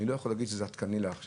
ואני לא יכול להגיד שזה עדכני לעכשיו,